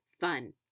fun